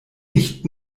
nicht